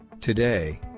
Today